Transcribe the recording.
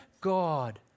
God